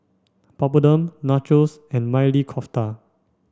Papadum Nachos and Maili Kofta